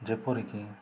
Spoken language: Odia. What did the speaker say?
ଯେପରିକି